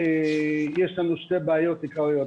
יש לנו שתי בעיות עיקרית.